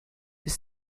ist